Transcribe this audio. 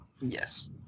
Yes